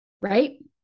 Right